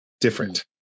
different